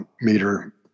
meter